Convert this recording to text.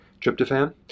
tryptophan